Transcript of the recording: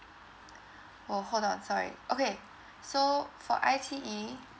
oh hold on sorry okay so for I_T_E